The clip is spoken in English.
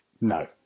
no